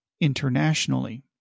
internationally